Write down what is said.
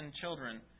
children